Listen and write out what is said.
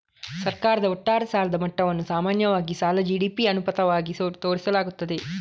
ಸರ್ಕಾರದ ಒಟ್ಟಾರೆ ಸಾಲದ ಮಟ್ಟವನ್ನು ಸಾಮಾನ್ಯವಾಗಿ ಸಾಲ ಜಿ.ಡಿ.ಪಿ ಅನುಪಾತವಾಗಿ ತೋರಿಸಲಾಗುತ್ತದೆ